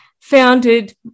founded